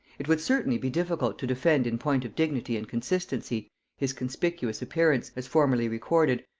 it would certainly be difficult to defend in point of dignity and consistency his conspicuous appearance, as formerly recorded,